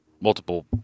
multiple